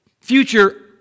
future